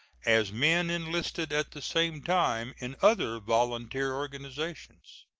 as men enlisted at the same time in other volunteer organizations.